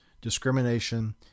discrimination